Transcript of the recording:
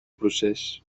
procés